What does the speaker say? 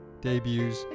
debuts